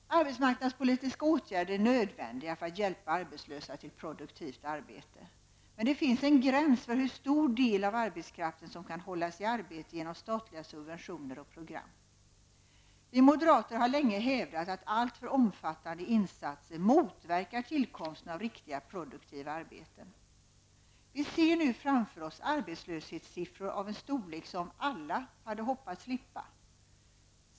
Arbetsmarknadspolitiska åtgärder är nödvändiga när det gäller att hjälpa arbetslösa till produktivt arbete. Men det finns en gräns för hur stor del av arbetskraften som kan hållas i arbete genom statliga subventioner och program. Vi moderater har länge hävdat att alltför omfattande insatser motverkar tillkomsten av riktiga produktiva arbeten. Vi ser nu framför oss arbetslöshetstal av en storlek som alla hade hoppats slippa se.